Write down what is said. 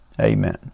Amen